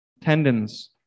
tendons